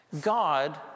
God